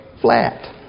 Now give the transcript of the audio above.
flat